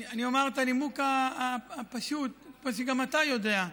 אני אומר את הנימוק הפשוט, שגם אתה יודע: